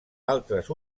altres